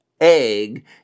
egg